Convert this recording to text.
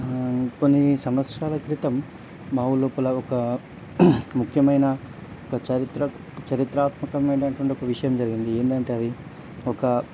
కొన్ని సంవత్సరాల క్రితం మా ఊరి లోపల ఒక ముఖ్యమైన ఒక చరిత్రక చరిత్రాత్మకమైనటటువంటి ఒక విషయం జరిగింది ఏందంటే అది ఒక